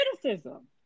criticism